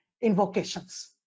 invocations